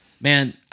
man